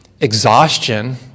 exhaustion